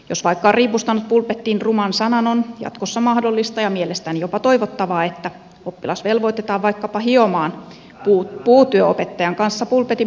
jos vaikka on riipustanut pulpettiin ruman sanan on jatkossa mahdollista ja mielestäni jopa toivottavaa että oppilas velvoitetaan vaikkapa hiomaan puutyöopettajan kanssa pulpetin pinta kuntoon